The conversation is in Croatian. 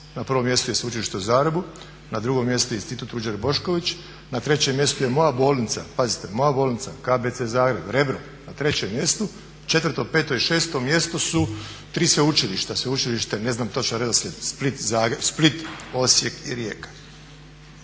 Na prvom mjestu je sveučilište u Zagrebu, na drugom mjestu je Institut Ruđer Bošković, na trećem mjestu je moja bolnica, pazite moja bolnica KBC Zagreb, Rebro na trećem mjestu, četvrto, peto i šesto mjesto su tri sveučilišta. Ne znam točno redoslijed, Split, Osijek i Rijeka